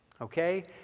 Okay